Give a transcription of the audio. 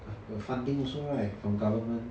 a funding also right from government